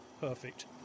perfect